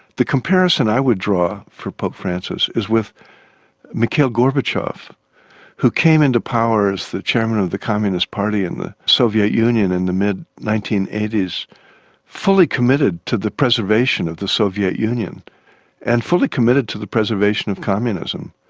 the comparison i would draw for pope francis is with mikhail gorbachev who came into power as the chairman of the communist party in the soviet union in the mid nineteen eighty s fully committed to the preservation of the soviet union and fully committed to the preservation of communism.